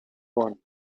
one